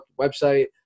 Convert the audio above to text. website